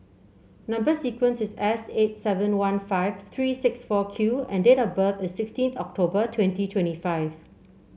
number sequence is S eight seven one five three six four Q and date of birth is sixteen October twenty twenty five